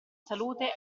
salute